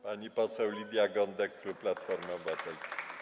Pani poseł Lidia Gądek, klub Platforma Obywatelska.